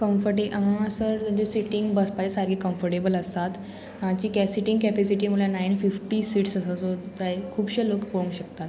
कम्फटे हांगा सर तेंचे सिटींग बसपाचे सारके कम्फटेबल आसात सिटींग कॅपेसिटी म्हळ्यार नायन फिफ्टी सिट्स आसा सो ते खुबशे लोक पळोवंक शकतात